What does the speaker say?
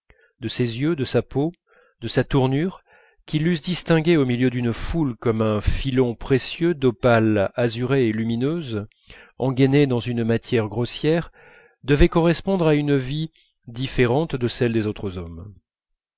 de ses yeux de sa peau de sa tournure qui l'eussent distingué au milieu d'une foule comme un filon précieux d'opale azurée et lumineuse engainé dans une matière grossière devait correspondre à une vie différente de celle des autres hommes